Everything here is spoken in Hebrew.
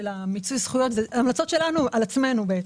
המלצות שלנו על עצמנו.